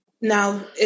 now